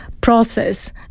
process